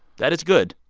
that is good,